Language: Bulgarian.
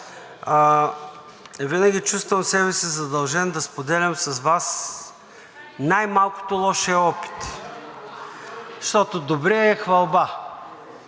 винаги чувствам себе си задължен да споделям с Вас най-малкото лошия опит, защото добрият е хвалба.